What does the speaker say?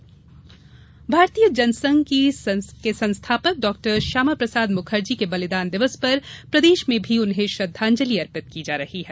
मुखर्जी बलिदान दिवस भारतीय जनसंघ के संस्थापक डाक्टर श्यामाप्रसाद मुखर्जी के बलिदान दिवस पर प्रदेश में भी उन्हे श्रद्वांजलि अर्पित की जा रही है